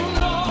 no